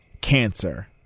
cancer